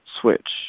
switch